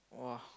!wah!